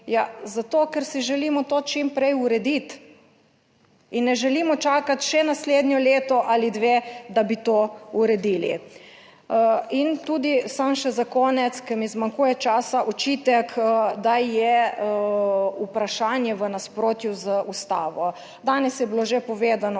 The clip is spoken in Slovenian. zato, ker si želimo to čim prej urediti in ne želimo čakati še naslednje leto ali dve, da bi to uredili. In tudi, samo še za konec, ker mi zmanjkuje časa, očitek, da je vprašanje v nasprotju z Ustavo. Danes je bilo že povedano,